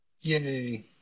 Yay